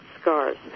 scars